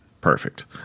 perfect